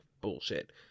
bullshit